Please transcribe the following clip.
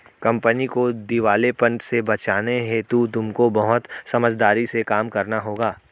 company को दिवालेपन से बचाने हेतु तुमको बहुत समझदारी से काम करना होगा